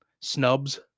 snubs